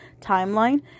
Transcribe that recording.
timeline